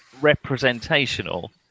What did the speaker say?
representational